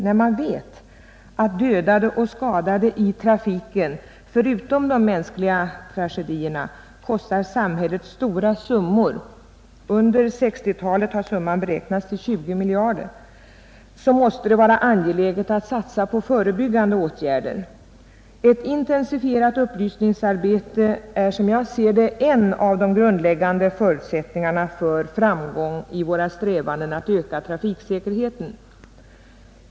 När man vet att dödade och skadade i trafiken, förutom de mänskliga tragedierna, kostar samhället stora summor — under 1960-talet har summan beräknats till 20 miljarder kronor — så måste det vara angeläget att satsa på förebyggande åtgärder. Ett intensifierat upplysningsarbete är, som jag ser det, en av de grundläggande förutsättningarna för framgång i våra strävanden att öka trafiksäkerheten.